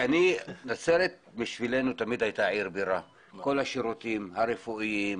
נצרת בשבילנו תמיד הייתה עיר בירה עם כל השירותים הרפואיים,